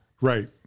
Right